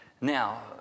now